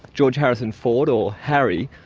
george harrison ford, or harri,